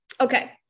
Okay